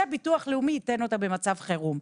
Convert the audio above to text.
שהביטוח הלאומי ייתן אותה במצב חירום.